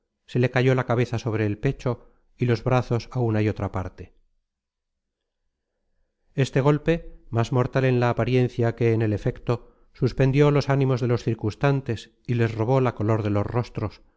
se le cayó la cabeza sobre el pecho y los brazos á una y otra parte este golpe más mortal en la apariencia que en el efecto suspendió los ánimos de los circunstantes y les robó la color de los rostros